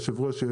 היושב-ראש,